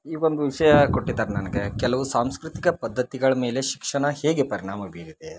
ಈ ಒಂದು ವಿಷಯ ಕೊಟ್ಟಿದ್ದಾರೆ ನನಗೆ ಕೆಲವು ಸಾಂಸ್ಕೃತಿಕ ಪದ್ಧತಿಗಳು ಮೇಲೆ ಶಿಕ್ಷಣ ಹೇಗೆ ಪರಿಣಾಮ ಬೀರಿದೆ ಅಂತೇಳಿ